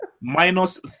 Minus